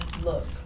look